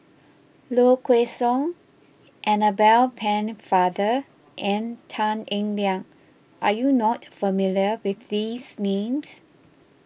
Low Kway Song Annabel Pennefather and Tan Eng Liang are you not familiar with these names